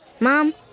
Mom